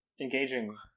engaging